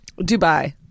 dubai